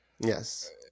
Yes